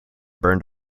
burned